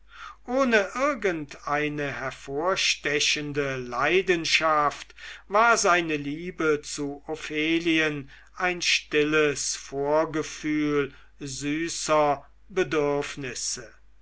ohne irgendeine hervorstechende leidenschaft war seine liebe zu ophelien ein stilles vorgefühl süßer bedürfnisse